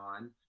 on